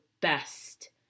best